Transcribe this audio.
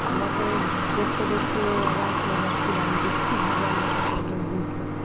আমরা তো দেখতে দেখতে অবাক হয়ে যাচ্ছিলাম যে কীভাবে আমরা কথাগুলো বুঝবো